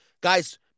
guys